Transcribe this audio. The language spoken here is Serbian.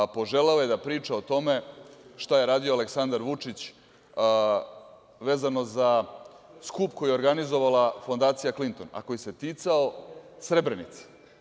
Poželeo je da priča o tome šta je radio Aleksandar Vučić vezano za skup koji je organizovala Fondacija „Klinton“, a koji se ticao Srebrenice.